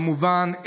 כמובן,